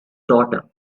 daughter